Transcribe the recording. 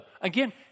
again